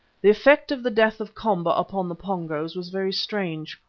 the effect of the death of komba upon the pongos was very strange.